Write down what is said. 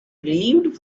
relieved